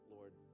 Lord